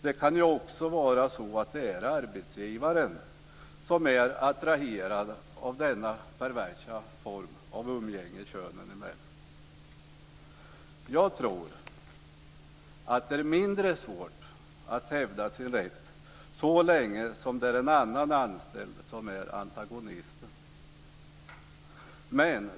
Det kan ju också vara så att det är arbetsgivaren som är attraherad av denna perversa form av umgänge könen emellan. Jag tror att det är mindre svårt att hävda sin rätt så länge det är en annan anställd som är antagonisten.